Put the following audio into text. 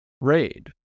raid